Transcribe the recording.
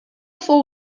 fou